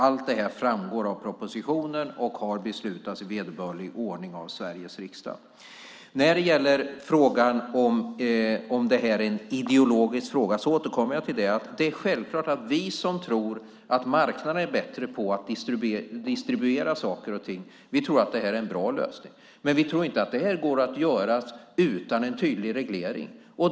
Allt det här framgår av propositionen och har beslutats i vederbörlig ordning av Sveriges riksdag. När det gäller frågan om det här är en ideologisk fråga återkommer jag till att vi som tror att marknaden är bättre på att distribuera saker och ting självklart tror att det här är en bra lösning. Men vi tror inte att det här går att göra utan en tydlig reglering.